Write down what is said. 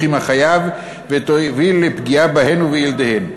עם החייב ותביא לפגיעה בהן ובילדיהן.